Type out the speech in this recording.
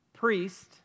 Priest